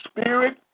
spirit